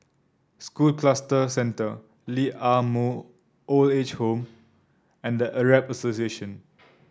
School Cluster Centre Lee Ah Mooi Old Age Home and The Arab Association